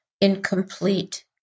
incomplete